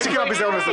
תפסיק עם הביזיון זה.